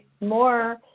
more